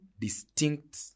distinct